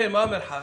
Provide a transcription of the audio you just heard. כמה המרחק?